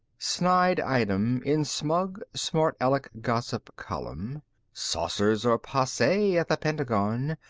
snide item in smug, smartaleck gossip column saucers are passe at the pentagon.